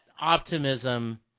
optimism